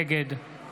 נגד